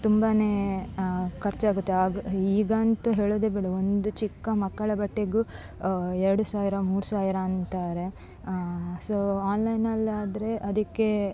ತುಂಬಾ ಖರ್ಚಾಗುತ್ತೆ ಆಗ ಈಗಂತು ಹೇಳೋದೇ ಬೇಡ ಒಂದು ಚಿಕ್ಕ ಮಕ್ಕಳ ಬಟ್ಟೆಗೂ ಎರಡು ಸಾವಿರ ಮೂರು ಸಾವಿರ ಅಂತಾರೆ ಸೊ ಆನ್ಲೈನಲ್ಲಾದರೆ ಅದಕ್ಕೆ